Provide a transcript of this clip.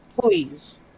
Please